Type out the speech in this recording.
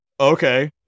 Okay